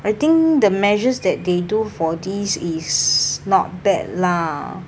I think the measures that they do for this is not bad lah